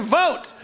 vote